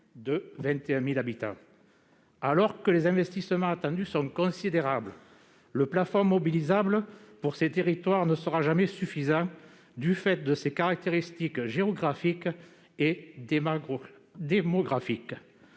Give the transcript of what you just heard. de 21 000 habitants. Alors que les investissements attendus sont considérables, le plafond mobilisable ne sera jamais suffisant pour ces territoires du fait de leurs caractéristiques géographiques et démographiques.